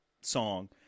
song